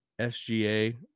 SGA